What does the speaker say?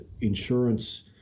insurance